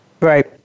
Right